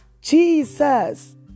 Jesus